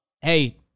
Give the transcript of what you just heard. Hey